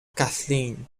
kathleen